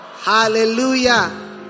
Hallelujah